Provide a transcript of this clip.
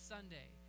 Sunday